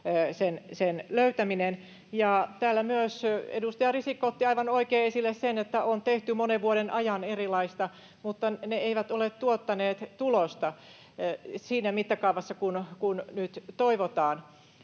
sen löytäminen hankaloituu. Myös edustaja Risikko otti esille aivan oikein sen, että on tehty monen vuoden ajan erilaista, mutta ne eivät ole tuottaneet tulosta siinä mittakaavassa kuin nyt toivotaan.